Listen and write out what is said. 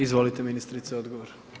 Izvolite ministrice odgovor.